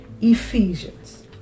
Ephesians